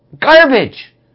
Garbage